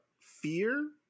fear